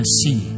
see